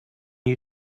you